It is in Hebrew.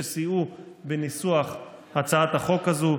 שסייעו בניסוח הצעת החוק הזו.